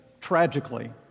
tragically